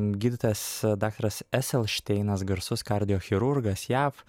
gydytojas daktaras eselšteinas garsus kardiochirurgas jav